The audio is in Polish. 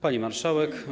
Pani Marszałek!